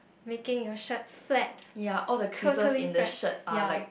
making your shirt flat totally flat ya